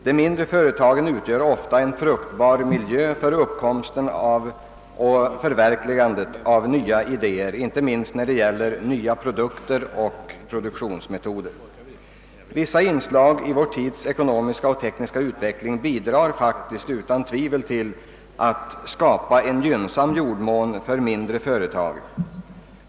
De mindre företagen utgör ofta en fruktbar miljö för uppkomsten och förverkligandet av nya idéer, inte minst när det gäller nya produkter och produktionsmetoder. Vissa inslag i vår tids ekonomiska och tekniska utveckling bidrager faktiskt utan tvivel till att skapa en gynn sam jordmån för mindre företag.